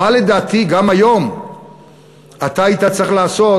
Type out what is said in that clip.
מה לדעתי גם היום אתה היית צריך לעשות,